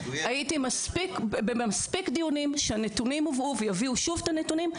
הייתי במספקי דיונים שהנתונים הובאו ויביאו שוב את הנתונים,